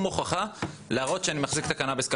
הוכחה להראות שאני מחזיק את הקנביס כחוק.